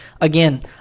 Again